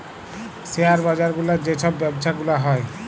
share বাজার গুলার যে ছব ব্যবছা গুলা হ্যয়